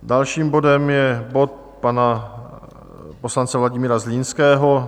Dalším bodem je bod pana poslance Vladimíra Zlínského.